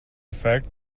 effect